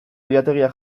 oilategia